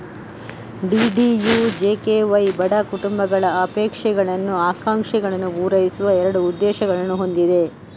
DDUJKY ಬಡ ಕುಟುಂಬಗಳ ಅಪೇಕ್ಷಗಳನ್ನು, ಆಕಾಂಕ್ಷೆಗಳನ್ನು ಪೂರೈಸುವ ಎರಡು ಉದ್ದೇಶಗಳನ್ನು ಹೊಂದಿದೆ